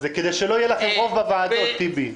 זה כדי שלא יהיה לכם רוב בוועדות, טיבי.